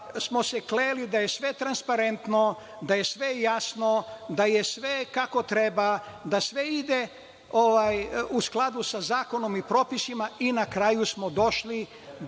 smo se da je sve transparentno, da je sve jasno, da je sve kako treba, da sve ide u skladu sa zakonom i propisima i na kraju smo došli do